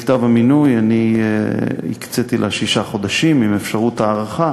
בכתב המינוי אני הקצתי לה שישה חודשים עם אפשרות הארכה,